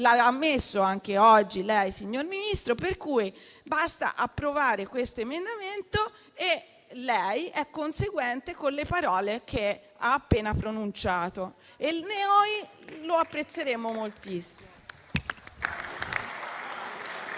L'ha ammesso oggi anche lei, signor Ministro, per cui basta approvare questo emendamento e lei sarà conseguente con le parole che ha appena pronunciato. E noi lo apprezzeremmo moltissimo.